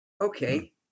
okay